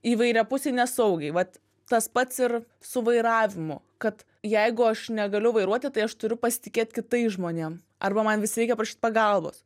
įvairiapusiai nesaugiai vat tas pats ir su vairavimu kad jeigu aš negaliu vairuoti tai aš turiu pasitikėt kitais žmonėm arba man vis reikia prašyt pagalbos